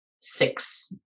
six